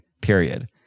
Period